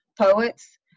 poets